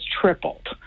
tripled